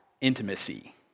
intimacy